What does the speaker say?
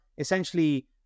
essentially